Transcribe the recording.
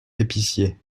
épicier